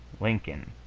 lincoln,